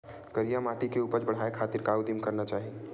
करिया माटी के उपज बढ़ाये खातिर का उदिम करना चाही?